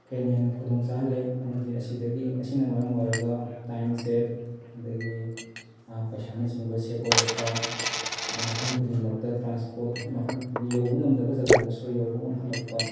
ꯍꯦꯟꯅ ꯍꯦꯟꯅ ꯈꯨꯗꯣꯡ ꯆꯥꯍꯜꯂꯦ ꯑꯃꯗꯤ ꯑꯁꯤꯗꯒꯤ ꯑꯁꯤꯅ ꯃꯔꯝ ꯑꯣꯏꯔꯒ ꯇꯥꯏꯝ ꯁꯦꯕ ꯑꯗꯒꯤ ꯄꯩꯁꯥꯅꯆꯤꯡꯕ ꯁꯦꯕ ꯑꯣꯏꯔꯛꯄ ꯑꯗꯣ ꯃꯐꯝ ꯈꯨꯗꯤꯡꯃꯛꯇ ꯇ꯭ꯔꯥꯟꯁꯄꯣꯠ ꯃꯐꯝ ꯈꯨꯗꯤꯡꯃꯛꯇ ꯌꯧꯕ ꯉꯝꯗꯕ ꯖꯒꯥꯗꯁꯨ ꯌꯧꯕ ꯉꯝꯍꯜꯂꯛꯄ